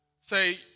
say